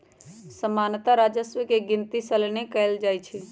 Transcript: सामान्तः राजस्व के गिनति सलने कएल जाइ छइ